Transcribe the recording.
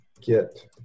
get